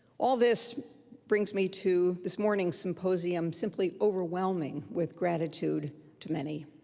all this brings me to this morning's symposium, simply overwhelming with gratitude to many.